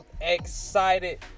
excited